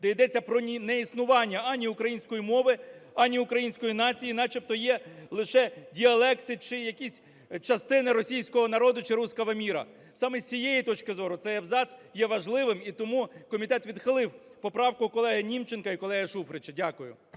де йдеться про неіснування ані української мови, ані української нації, начебто є лише діалекти чи якісь частини російського народу чи "русского мира". Саме з цієї точки зору цей абзац є важливим, і тому комітет відхилив поправку колеги Німченка і колеги Шуфрича. Дякую.